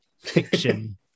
fiction